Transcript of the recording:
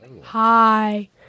hi